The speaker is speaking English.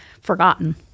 forgotten